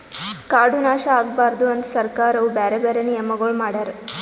ಕಾಡು ನಾಶ ಆಗಬಾರದು ಅಂತ್ ಸರ್ಕಾರವು ಬ್ಯಾರೆ ಬ್ಯಾರೆ ನಿಯಮಗೊಳ್ ಮಾಡ್ಯಾರ್